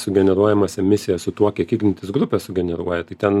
sugeneruojamas emisijas su tuo kiek ignitis grupė sugeneruoja tai ten